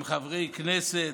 עם חברי כנסת,